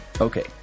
Okay